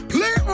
Play